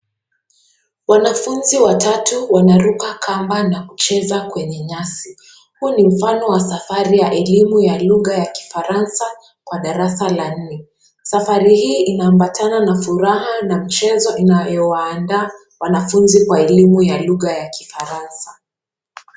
Wanafunzi watatu wanaruka kamba na kucheza kwenye nyasi. Huu ni mfano wa safari ya elimu na lugha ya kifaransa kwa darasa la nne. Safari hii inaambatana na furaha na mchezo inayowaandaa wanafunzi kwa elimu ya lugha ya kifaransa.